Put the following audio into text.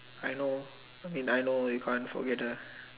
I know I mean I know you can't forget the